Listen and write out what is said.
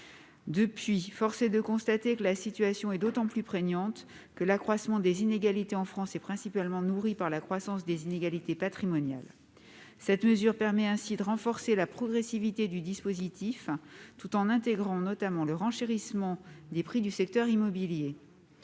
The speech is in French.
Depuis, force est de constater que la situation est d'autant plus prégnante que l'accroissement des inégalités en France est principalement nourri par la croissance des inégalités patrimoniales. La mesure proposée permettrait ainsi de renforcer la progressivité du dispositif, tout en intégrant notamment le renchérissement des prix de l'immobilier,